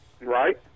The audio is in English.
right